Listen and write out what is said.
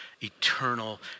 eternal